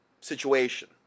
situation